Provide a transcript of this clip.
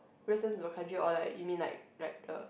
races of the country or like you mean like like a